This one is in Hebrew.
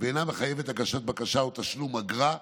ואינה מחייבת הגשת בקשה או תשלום אגרה,